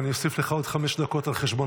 אני אוסיף לך עוד חמש דקות על חשבון